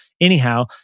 Anyhow